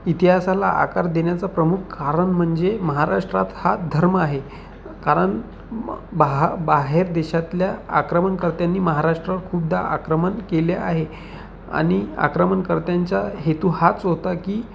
इतिहासाला आकार देण्याचा प्रमुख कारण म्हणजे महाराष्ट्रात हा धर्म आहे कारण बाहा बाहेर देशातल्या आक्रमणकर्त्यांनी महाराष्ट्रवर खूपदा आक्रमण केले आहे आणि आक्रमणकर्त्यांचा हेतू हाच होता की